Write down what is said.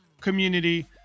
community